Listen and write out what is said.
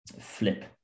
flip